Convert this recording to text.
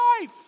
life